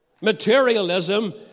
Materialism